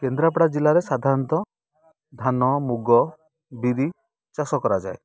କେନ୍ଦ୍ରାପଡ଼ା ଜିଲ୍ଲାରେ ସାଧାରଣତଃ ଧାନ ମୁଗ ବିରି ଚାଷ କରାଯାଏ